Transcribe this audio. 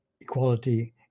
equality